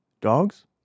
Dogs